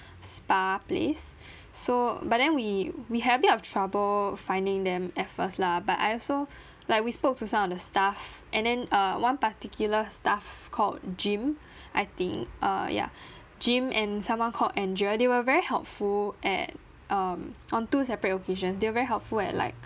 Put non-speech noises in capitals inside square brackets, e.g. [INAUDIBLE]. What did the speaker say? spa place [BREATH] so but then we we have a bit of trouble finding them at first lah but I also [BREATH] like we spoke to some of the staff and then uh one particular staff called jim I think uh ya [BREATH] jim and someone called andra they were very helpful at um on two separate occasions they were very helpful at like